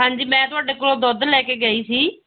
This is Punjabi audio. ਹਾਂਜੀ ਮੈਂ ਤੁਹਾਡੇ ਕੋਲੋਂ ਦੁੱਧ ਲੈ ਕੇ ਗਈ ਸੀ